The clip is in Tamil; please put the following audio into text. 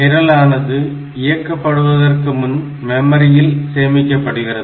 நிரலானது இயக்கபடுவதற்கு முன் மெமரியில் சேமிக்கப்படுகிறது